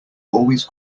always